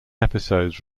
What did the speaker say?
episodes